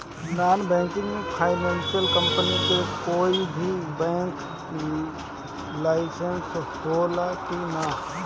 Non banking financial company मे कोई भी बैंक के लाइसेन्स हो ला कि ना?